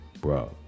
Bro